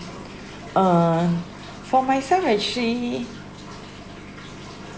uh for myself actually